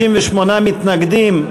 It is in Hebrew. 58 מתנגדים,